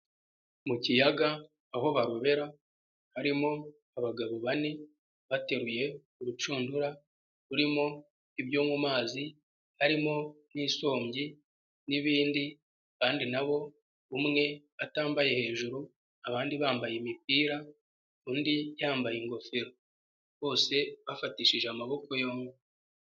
Mu kiyaga aho barobera harimo abagabo bane bateruye urucundura rurimo ibyo mu mazi harimo nk'isongi n'ibindi kandi na bo umwe atambaye hejuru, abandi bambaye imipira, undi yambaye ingofero, bose bafatishije amaboko yombi.